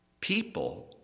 people